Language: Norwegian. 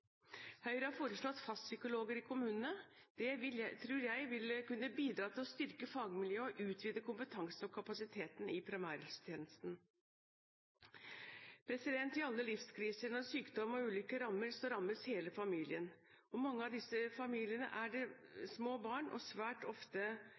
Høyre har foreslått fastpsykologer i kommunene. Det tror jeg ville kunne bidra til å styrke fagmiljøet og utvide kompetansen og kapasiteten i primærhelsetjenesten. I alle livskriser når sykdom eller ulykker rammer, rammes hele familien. I mange av disse familiene er det